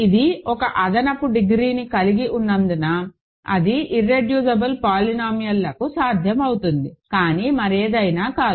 ఇది ఒక అదనపు డిగ్రీని కలిగి ఉన్నందున అది ఇర్రెడ్యూసిబుల్ పోలినామియల్లకు సాధ్యమవుతుంది కానీ మరేదైనా కాదు